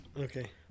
Okay